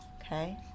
Okay